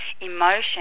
emotion